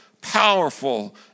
powerful